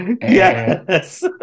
Yes